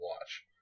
watch